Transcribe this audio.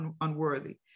unworthy